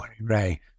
Ray